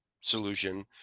solution